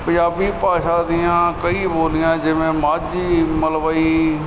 ਪੰਜਾਬੀ ਭਾਸ਼ਾ ਦੀਆਂ ਕਈ ਬੋਲੀਆਂ ਜਿਵੇਂ ਮਾਝੀ ਮਲਵਈ